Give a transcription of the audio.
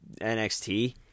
NXT